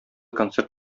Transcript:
концерт